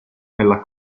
nella